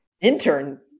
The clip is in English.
Intern